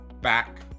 back